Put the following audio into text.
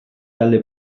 talde